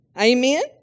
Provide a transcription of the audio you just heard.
Amen